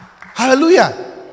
hallelujah